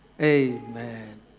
Amen